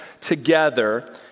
together